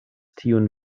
tiun